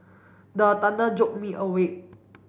the thunder jolt me awake